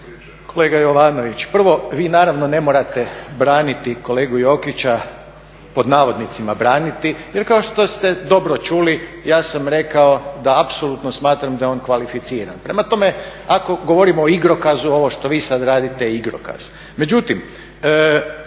kolega Jovanović, prvo vi naravno ne morate "braniti" kolegu Jokića jer kao što ste dobro čuli ja sam rekao da apsolutno smatram da je on kvalificiran. Prema tome, ako govorimo o igrokazu, ovo što vi sad raditi je igrokaz.